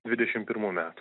dvidešimt pirmų metų